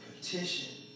petition